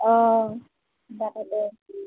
অঁ